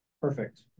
perfect